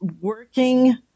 working